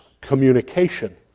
communication